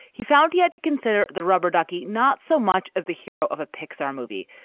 he found he had to consider the rubber ducky, not so much as the hero of a pixar movie,